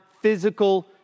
physical